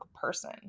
person